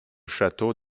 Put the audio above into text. château